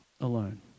alone